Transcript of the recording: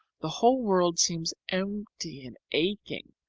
the whole world seems empty and aching.